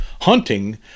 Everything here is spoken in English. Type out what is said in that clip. hunting